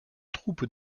troupes